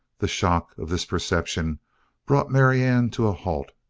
the shock of this perception brought marianne to a halt.